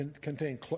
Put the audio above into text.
Contain